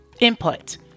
input